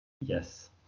Yes